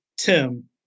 Tim